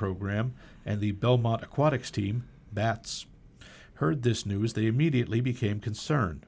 program and the belmont aquatic steam bats heard this news they immediately became concerned